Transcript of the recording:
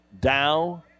Dow